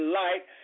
light